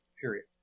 period